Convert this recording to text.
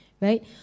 Right